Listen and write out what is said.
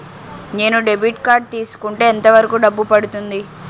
నేను debit card తీసుకుంటే ఎంత వరకు డబ్బు పడుతుంది?